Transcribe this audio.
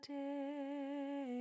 day